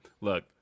look